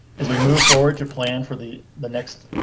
as we move forward to plan for the the next.